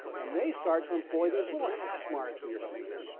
and they start to employ these little hash marks that you're seeing here,